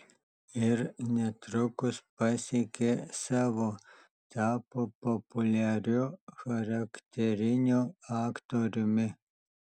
ir netrukus pasiekė savo tapo populiariu charakteriniu aktoriumi